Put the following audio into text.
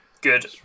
Good